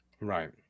right